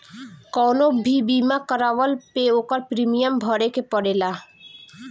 कवनो भी बीमा करवला पअ ओकर प्रीमियम भरे के पड़ेला